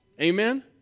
Amen